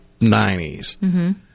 90s